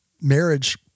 marriage